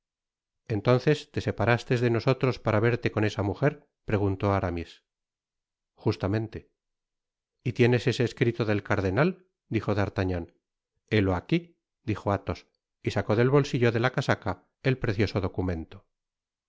entonces te separastes de nosotros para verte con esa mujer preguntó aramis justamente y tienes ese escrito del cardenal dijo d'artagnan helo aqui dijo athos y sacó del bolsillo de la casaca el precioso documento